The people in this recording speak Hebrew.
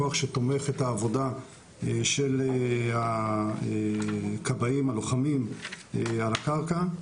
כוח שתומך את העבודה של הכבאים הלוחמים על הקרקע.